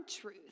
truth